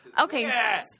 okay